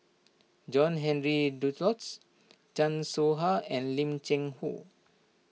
John Henry Duclos Chan Soh Ha and Lim Cheng Hoe